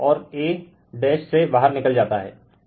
और a से बाहर निकल जाता है